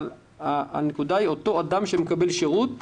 אבל הנקודה היא אותו אדם שמקבל שירות.